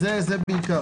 זה בעיקר.